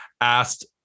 Asked